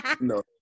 No